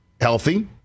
healthy